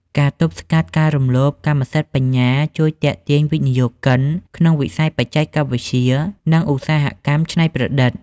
ការទប់ស្កាត់ការរំលោភកម្មសិទ្ធិបញ្ញា ជួយទាក់ទាញវិនិយោគិនក្នុងវិស័យបច្ចេកវិទ្យា និងឧស្សាហកម្មច្នៃប្រឌិត។